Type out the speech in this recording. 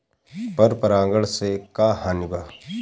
पर परागण से का हानि बा?